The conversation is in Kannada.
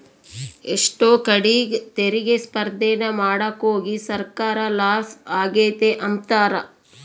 ಎಷ್ಟೋ ಕಡೀಗ್ ತೆರಿಗೆ ಸ್ಪರ್ದೇನ ಮಾಡಾಕೋಗಿ ಸರ್ಕಾರ ಲಾಸ ಆಗೆತೆ ಅಂಬ್ತಾರ